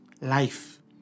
life